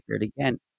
again